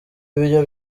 ibyo